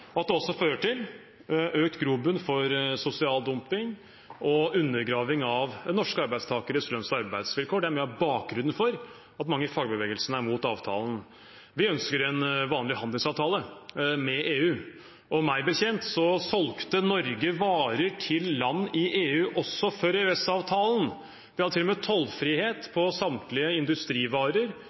og at det også fører til økt grobunn for sosial dumping og undergraving av norske arbeidstakeres lønns- og arbeidsvilkår. Det er mye av bakgrunnen for at mange i fagbevegelsen er mot avtalen. Vi ønsker en vanlig handelsavtale med EU. Meg bekjent solgte Norge varer til land i EU også før EØS-avtalen. Vi hadde til og med tollfrihet på samtlige industrivarer